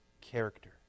character